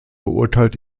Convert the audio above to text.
beurteilt